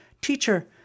Teacher